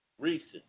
Recent